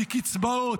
מקצבאות,